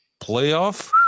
playoff